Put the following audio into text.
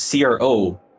CRO